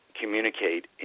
communicate